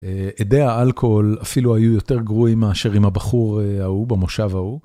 אדי האלכוהול אפילו היו יותר גרועים מאשר עם הבחור ההוא, במושב ההוא.